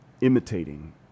imitating